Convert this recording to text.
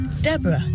Deborah